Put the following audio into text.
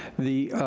the,